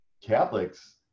Catholics